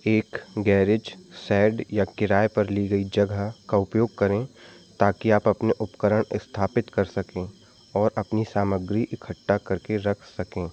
एक garage shed या किराए पर ली गई जगह का उपयोग करें ताकि आप अपने उपकरण स्थापित कर सकें और अपनी सामग्री इकट्ठा करके रख सकें